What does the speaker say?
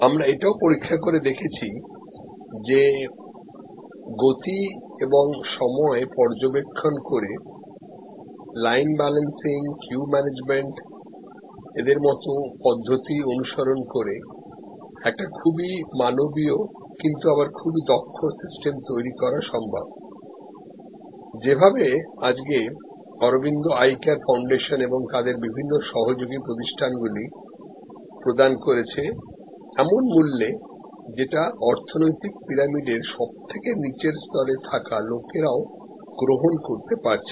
আমরা এটাও পরীক্ষা করে দেখেছি যে গতি এবং সময় পর্যবেক্ষণ করেলাইন ব্যালেন্সিংকিউ ম্যানেজমেন্ট এর মত পদ্ধতি অনুসরণ করেএকটি খুবই মানবিক কিন্তু আবার খুবই দক্ষ সিস্টেম তৈরি করা সম্ভব যেভাবে আজকে অরবিন্দ আই কেয়ার ফাউন্ডেশন এবং তাদের বিভিন্ন সহযোগী প্রতিষ্ঠানগুলি প্রদান করছে এমন মূল্যে যেটা অর্থনৈতিক পিরামিডের সবথেকে নিচের স্তরে থাকা লোকরাও গ্রহণ করতে পারছে